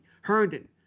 Herndon